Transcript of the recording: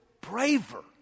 braver